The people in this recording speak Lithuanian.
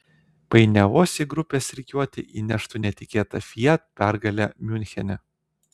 painiavos į grupės rikiuotę įneštų netikėta fiat pergalė miunchene